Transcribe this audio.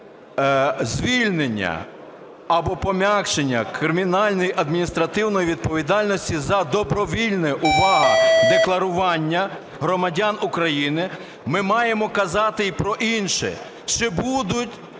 звільнення або пом'якшення кримінальної і адміністративної відповідальності за добровільне, увага, декларування громадян України, ми маємо казати і про інше.